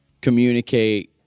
communicate